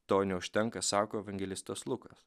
to neužtenka sako evangelistas lukas